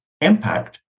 impact